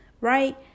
right